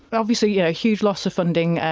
obviously, you know huge loss of funding,